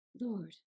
Lord